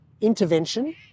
intervention